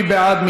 מי בעד?